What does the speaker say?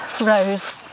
Rose